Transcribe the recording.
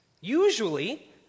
Usually